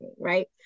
right